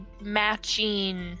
matching